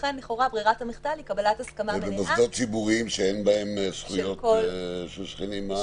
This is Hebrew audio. ולכן לכאורה ברירת המחדל היא קבלת הסכמה מלאה של כל השכנים.